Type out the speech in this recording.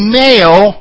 male